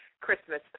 Christmas